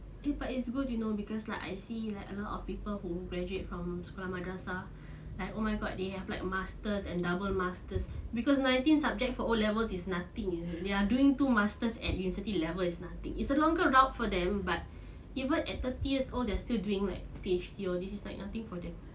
eh but it's good you know because like I see like a lot of people who graduate from madrasah like oh my god they have like masters and double masters because nineteen subject for O levels is nothing you know they are doing two masters at university level is nothing is a longer route for them but even at thirty years old they're still doing like P_H_D all these ya this is like nothing for them